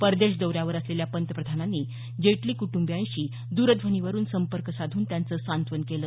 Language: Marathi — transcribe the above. परदेश दौऱ्यावर असलेल्या पंतप्रधानांनी जेटली क्टंबीयांशी दरध्वनीवरून संपर्क साधून त्यांचं सांत्वन केलं